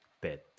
bed